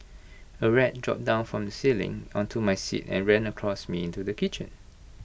A rat dropped down from ceiling onto my seat and ran across me to the kitchen